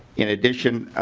in addition